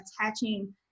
attaching